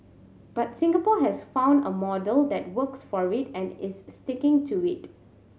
but Singapore has found a model that works for it and is sticking to it